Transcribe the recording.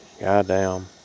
Goddamn